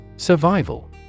Survival